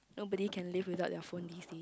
nobody can live without their phone these days